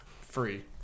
Free